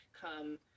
come